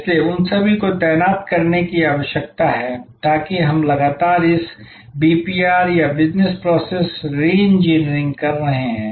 इसलिए उन सभी को तैनात करने की आवश्यकता है ताकि हम लगातार इस बीपीआर या बिजनेस प्रोसेस रेन्जीनियरिंग कर रहे हैं